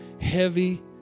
heavy